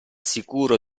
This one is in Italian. sicuro